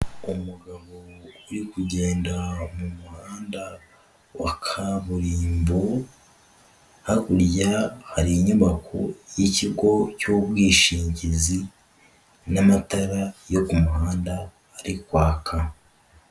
Umugabo uri kugenda mu muhanda wa kaburimbo, hakurya hari inyubako y'ikigo cy'ubwishingizi n'amatara yo ku muhanda ari kwaka.